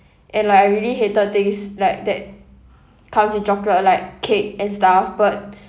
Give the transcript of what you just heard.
and like I really hated things like that comes in chocolate like cake and stuff but